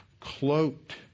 Cloaked